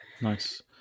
Nice